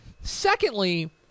Secondly